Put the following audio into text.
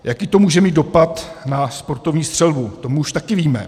Jaký to může mít dopad na sportovní střelbu, to my už také víme.